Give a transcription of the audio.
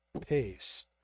pace